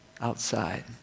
outside